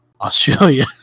Australia